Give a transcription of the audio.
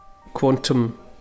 quantum